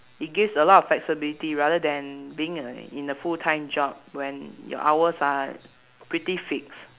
it gives a lot of flexibility rather than being in a in a full time job when your hours are pretty fixed